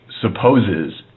supposes